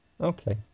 Okay